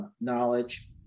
knowledge